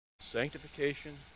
sanctification